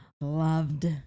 loved